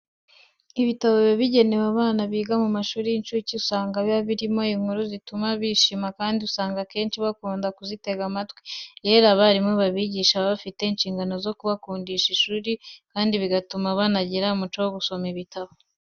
Ibitabo biba bigenewe abana biga mu mashuri y'incuke usanga biba birimo inkuru zituma bishima kandi usanga akenshi bakunda kuzitegera amatwi. Rero, abarimu babigisha baba bafite inshingano zo kubakundisha ishuri kandi bagatuma banagira umuco wo gusoma ibitabo.